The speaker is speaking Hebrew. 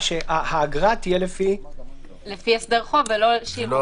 האגרה תהיה לפי הסדר חוב ולא איזושהי